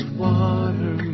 water